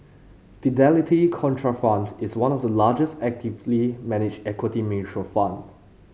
Fidelity Contrafund is one of the largest actively managed equity mutual fund